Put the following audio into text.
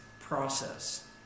process